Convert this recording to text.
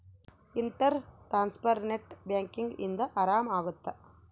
inter transfer net banking ಇಂದ ಆರಾಮ ಅಗುತ್ತ